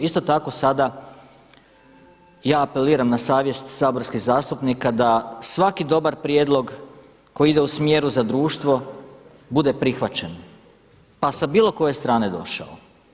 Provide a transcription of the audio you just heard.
Isto tako sada ja apeliram na savjest saborskih zastupnika da svaki dobar prijedlog koji ide u smjeru za društvo bude prihvaćen pa sa bilo koje strane došao.